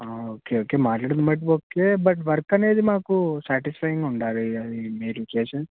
okay okay మాట్లాడింది బట్టి okay but work అనేది మాకు సాటిస్ఫైయింగ్గా ఉండాలి అది మీరు చేసింది